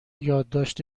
یادداشت